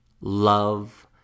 love